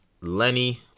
Lenny